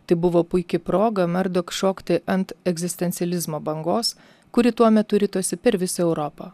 tai buvo puiki proga merdok šokti ant egzistencializmo bangos kuri tuo metu ritosi per visą europą